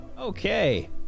Okay